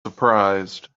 surprised